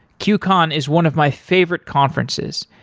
qcon is one of my favorite conferences.